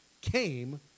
came